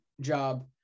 job